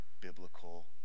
biblical